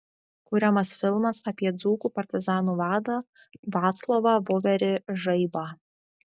kuriamas filmas apie dzūkų partizanų vadą vaclovą voverį žaibą